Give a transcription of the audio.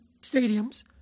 stadiums